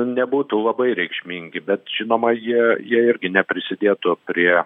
nebūtų labai reikšmingi bet žinoma jie jie irgi neprisidėtų prie